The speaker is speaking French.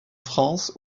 france